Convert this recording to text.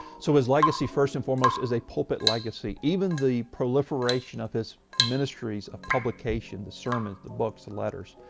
so his legacy first and foremost is a pulpit legacy. even the proliferation of his ministries of publication, the sermons the books and letters,